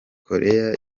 koreya